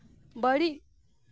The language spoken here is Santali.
ᱵᱟᱹᱲᱤᱡ